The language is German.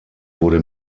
wurde